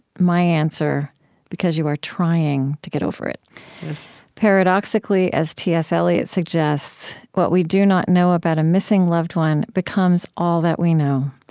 my answer because you are trying to get over it paradoxically, as t s. eliot suggests, what we do not know about a missing loved one becomes all that we know.